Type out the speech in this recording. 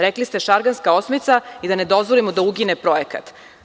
Rekli ste – Šarganska osmica i da ne dozvolimo da ugine projekat.